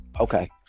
Okay